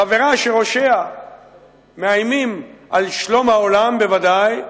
חברה שראשיה מאיימים על שלום העולם, בוודאי,